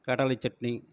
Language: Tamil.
கடலை சட்னி